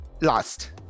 Last